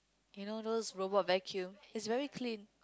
you know those robot vacuum it's very clean